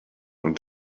und